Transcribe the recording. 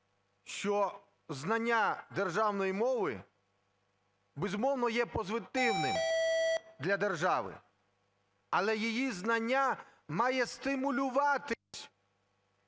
що знання державної мови, безумовно, є позитивним для держави, але її знання має стимулюватись.